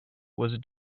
was